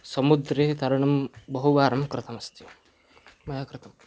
समुद्रे तरणं बहुवारं कृतमस्ति मया कृतम्